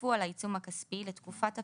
ייווספו על העיצום הכספי, לתקופת הפיגור,